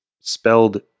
spelled